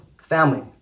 family